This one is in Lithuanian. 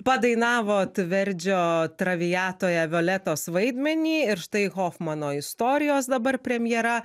padainavot verdžio traviatoje violetos vaidmenį ir štai hofmano istorijos dabar premjera